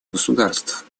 государств